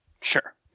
Sure